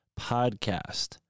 podcast